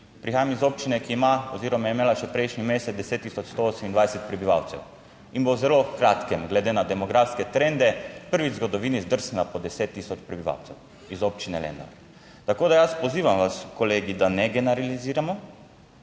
Prihajam iz občine, ki ima oziroma je imela še prejšnji mesec 10128 prebivalcev in bo v zelo kratkem, glede na demografske trende, prvič v zgodovini zdrsnila pod 10 tisoč prebivalcev, iz občine Lendava. Tako da jaz pozivam vas, kolegi, da ne generaliziramo.